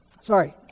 Sorry